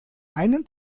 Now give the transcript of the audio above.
einen